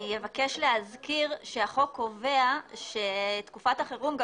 אני אבקש להזכיר שהחוק קובע שתקופת החירום גם